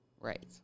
Right